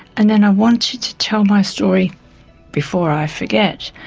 and then i wanted to tell my story before i forget.